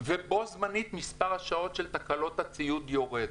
ובו-זמנית מספר השעות של תקלות הציוד יורד.